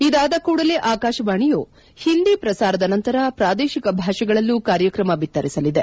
ಇದಾದ ಕೂಡಲೇ ಆಕಾಶವಾಣಿಯು ಹಿಂದಿ ಪ್ರಸಾರದ ನಂತರ ಪ್ರಾದೇಶಿಕ ಭಾಷೆಗಳಲ್ಲೂ ಕಾರ್ಯಕ್ರಮ ಬಿತ್ತಿರಿಸಲಿದೆ